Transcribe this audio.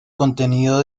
contenido